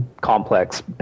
complex